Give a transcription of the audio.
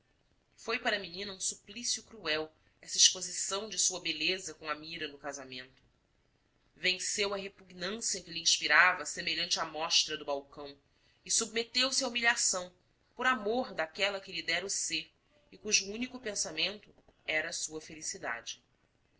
foi para a menina um suplício cruel essa exposição de sua beleza com a mira no casamento venceu a repugnância que lhe inspirava semelhante amostra do balcão e submeteu se à humilhação por amor daquela que lhe dera o ser e cujo único pensamento era sua felicidade